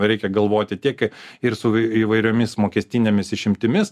reikia galvoti tiek ir su įvairiomis mokestinėmis išimtimis